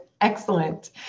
Excellent